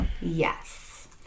yes